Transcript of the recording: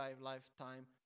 lifetime